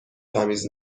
تمیز